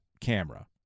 camera